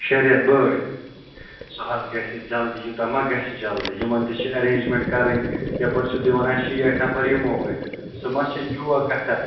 شےٚ رٮ۪تھ بٲدۍ سُہ حظ گَژھِ جلدی یوٗتاہ مہ گَژھِ جلدی یِمَن تہِ چھِ اٮ۪رینٛجمٮ۪نٛٹ کَرٕنۍ یَپٲرۍ چھُو تُہۍ وَنان شیٹھ نَفر یِمو أسۍ سُہ مہ چھِ جوک کتھا